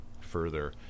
further